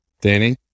Danny